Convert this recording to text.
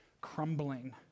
crumbling